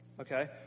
Okay